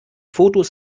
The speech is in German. fotos